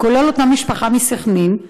כולל אותה משפחה מסח'נין,